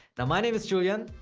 now my name is julian.